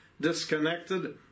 disconnected